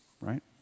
right